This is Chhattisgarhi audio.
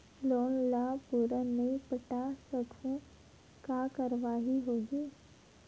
लोन ला पूरा नई पटा सकहुं का कारवाही होही?